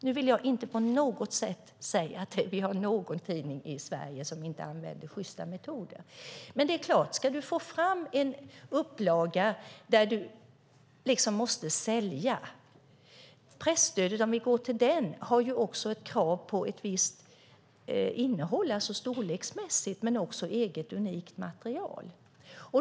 Jag vill inte på något sätt säga att vi har någon tidning i Sverige som inte använder sjysta metoder. Presstödet har storleksmässiga krav men också krav på eget, unikt material.